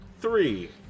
Three